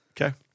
Okay